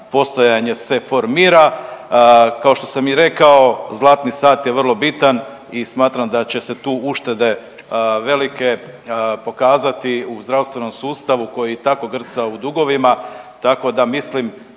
postojanja se formira. Kao što sam i rekao zlatni sat je vrlo bitan i smatram da će se tu uštede velike pokazati u zdravstvenom sustavu koji tako grca u dugovima,